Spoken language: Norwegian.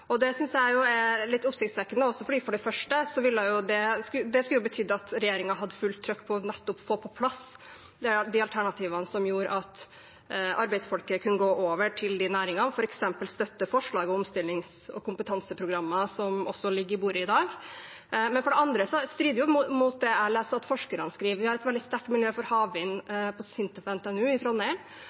å få på plass de alternativene som gjorde at arbeidsfolket kunne gå over til de næringene, f.eks. ved å støtte forslaget om omstilling og kompetanseprogrammer, som også ligger på bordet i dag. For det andre strider det mot det jeg leser at forskerne skriver. Vi har et veldig sterkt miljø for havvind på SINTEF og NTNU i Trondheim,